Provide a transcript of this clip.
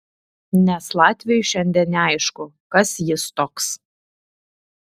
nes latviui šiandien neaišku kas jis toks